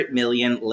million